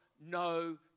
no